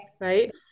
right